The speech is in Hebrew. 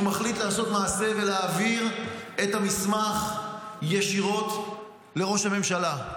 הוא מחליט לעשות מעשה ולהעביר את המסמך ישירות לראש הממשלה.